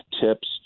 tips